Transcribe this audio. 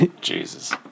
Jesus